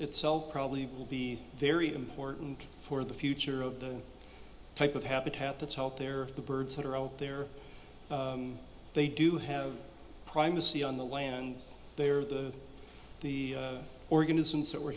itself probably will be very important for the future of the type of habitat that's helped there the birds that are out there they do have primacy on the land they are the organisms that were